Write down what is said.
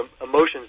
emotions